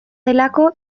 delako